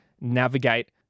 navigate